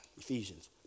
Ephesians